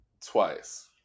twice